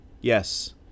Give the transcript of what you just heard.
Yes